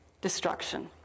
destruction